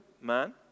man